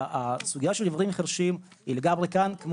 הסוגיה של עיוורים- חירשים היא לגמרי כאן.